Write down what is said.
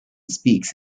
speaks